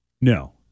No